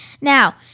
Now